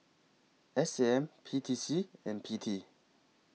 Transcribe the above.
S A M P T C and P T